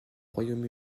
royaume